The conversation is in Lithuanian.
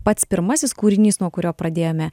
pats pirmasis kūrinys nuo kurio pradėjome